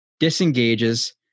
disengages